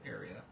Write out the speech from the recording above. area